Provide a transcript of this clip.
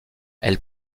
elle